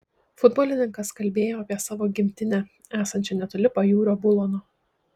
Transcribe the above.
futbolininkas kalbėjo apie savo gimtinę esančią netoli pajūrio bulono